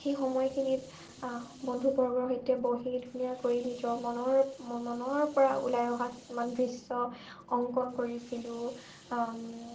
সেই সময়খিনিত বন্ধুবৰ্গৰ সৈতে বহি ধুনীয়াকৈ নিজৰ মনৰ মনৰ পৰা ওলাই অহা কিছুমান দৃশ্য অংকন কৰিছিলোঁ